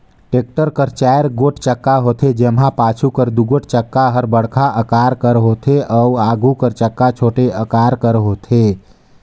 tractor कर चाएर गोट चक्का होथे, जेम्हा पाछू कर दुगोट चक्का हर बड़खा अकार कर होथे अउ आघु कर चक्का छोटे अकार कर होथे